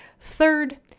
Third